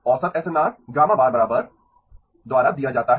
औसत एसएनआर ¯γ 01 × γ 1 05 × γ 204 × γ 31751 द्वारा दिया जाता है